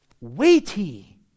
weighty